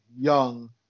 young